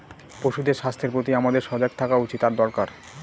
পশুদের স্বাস্থ্যের প্রতি আমাদের সজাগ থাকা উচিত আর দরকার